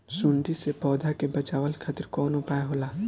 सुंडी से पौधा के बचावल खातिर कौन उपाय होला?